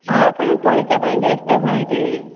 ହଁ ଆପଣ ପଇସା ପାଇଁ ବ୍ୟସ୍ତ ହୁଅନ୍ତୁନି